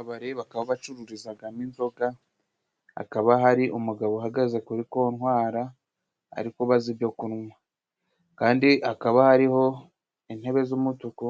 Akabari bakaba bacururizagamo inzoga. Hakaba hari umugabo uhagaze kuri kontwara ari kubaza ibyo kunwa. Kandi hakaba hariho intebe z'umutuku,